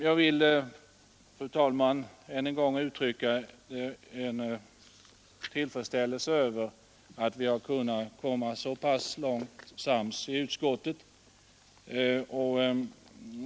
Jag vill, fru talman, än en gång uttrycka min tillfredsställelse över att vi blev så pass sams i utskottet.